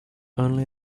only